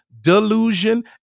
delusion